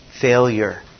failure